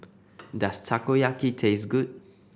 does Takoyaki taste good